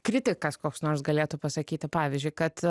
kritikas koks nors galėtų pasakyti pavyzdžiui kad